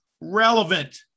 relevant